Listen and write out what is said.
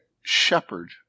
shepherd